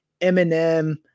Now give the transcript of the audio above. Eminem